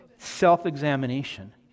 self-examination